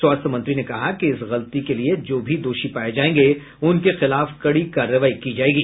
स्वास्थ्य मंत्री ने कहा कि इस गलती के लिए जो भी दोषी पाये जायेंगे उनके खिलाफ कड़ी कार्रवाई की जायेगी